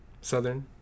Southern